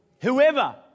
Whoever